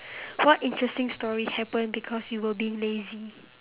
what interesting story happen because you were being lazy